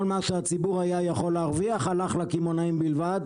כל מה שהציבור היה יכול להרוויח הלך לקמעונאים בלבד,